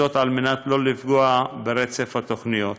כדי שלא לפגוע ברצף התוכניות.